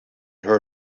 heard